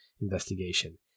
investigation